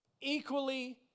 equally